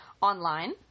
Online